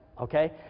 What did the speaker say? Okay